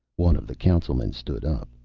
one of the councilmen stood up.